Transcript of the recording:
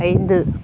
ஐந்து